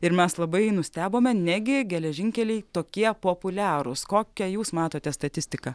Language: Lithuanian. ir mes labai nustebome negi geležinkeliai tokie populiarūs kokią jūs matote statistiką